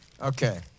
okay